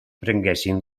prenguessin